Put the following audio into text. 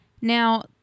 Now